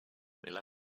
nella